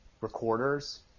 recorders